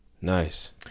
Nice